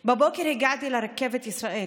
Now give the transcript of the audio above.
בבוקר, הגעתי לרכבת ישראל,